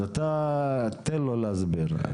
אז אתה תן לו להסביר.